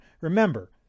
remember